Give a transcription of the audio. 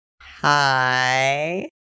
Hi